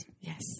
Yes